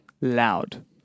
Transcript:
loud